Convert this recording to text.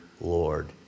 Lord